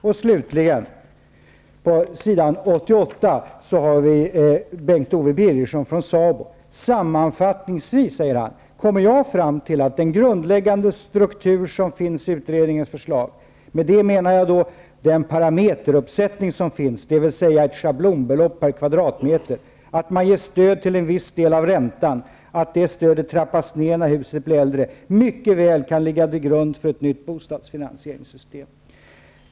Bengt-Owe Birgersson från SABO säger i utfrågningen: ''Sammanfattningsvis kommer jag fram till att den grundläggande struktur som finns i utredningens förslag -- med det menar jag då den parameteruppsättning som finns, dvs. ett schablonbelopp per kvadratmeter, att man ger stöd till en vis del av räntan, att det stödet trappas ned när huset blir äldre -- mycket väl kan ligga till grund för ett nytt bostadsfinansieringssystem.''